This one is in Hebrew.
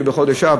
בחודש אב,